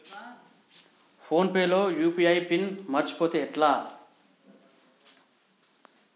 Phone pay లో UPI PIN మరచిపోతే ఎట్లా?